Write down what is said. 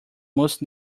most